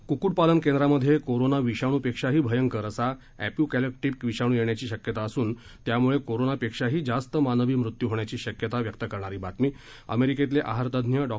कुक्कुटपालन केंद्रामध्ये कोरोना विषाणूपेक्षाही भयंकर असा एपोकॅलिप्टीक विषाणू येण्याची शक्यता असून त्यामुळे कोरोनापेक्षाही जास्त मानवी मृत्यू होण्याची शक्यता व्यक्त करणारी बातमी अमेरिकेतले आहारतज्ञ डॉ